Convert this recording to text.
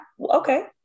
okay